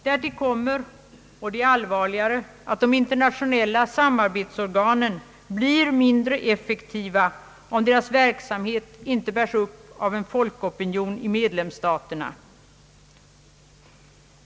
Därtill kommer, och det är allvarligare, att de internationella samarbetsorganen = blir mindre effektiva om deras verksamhet inte bärs upp av en folkopinion i medlemsstaterna.